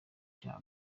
icyaha